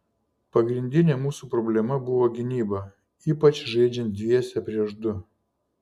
pagrindinė mūsų problema buvo gynyba ypač žaidžiant dviese prieš du